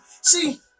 See